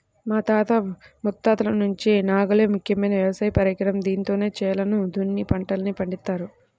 మా తాత ముత్తాతల నుంచి నాగలే ముఖ్యమైన వ్యవసాయ పరికరం, దీంతోనే చేలను దున్ని పంటల్ని పండిత్తారు